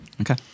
okay